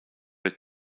der